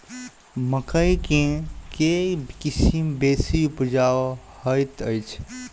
मकई केँ के किसिम बेसी उपजाउ हएत अछि?